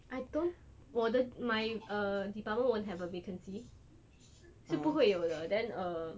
I don't 我的 my uh department won't have a vacancy 是不会有的 then uh